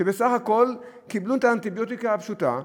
שבסך הכול קיבלו את האנטיביוטיקה הפשוטה.